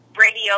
radio